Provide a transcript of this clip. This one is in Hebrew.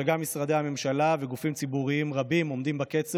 וגם משרדי הממשלה וגופים ציבוריים רבים עומדים בקצב